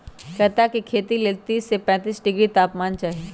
कैता के खेती लेल तीस से पैतिस डिग्री तापमान चाहि